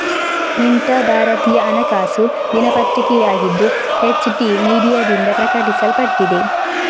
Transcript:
ಮಿಂಟಾ ಭಾರತೀಯ ಹಣಕಾಸು ದಿನಪತ್ರಿಕೆಯಾಗಿದ್ದು, ಎಚ್.ಟಿ ಮೀಡಿಯಾದಿಂದ ಪ್ರಕಟಿಸಲ್ಪಟ್ಟಿದೆ